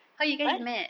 what